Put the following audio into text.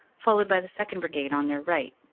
followed by the second. brigade on their right.